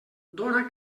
dóna